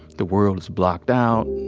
the world is blocked out.